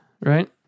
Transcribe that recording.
right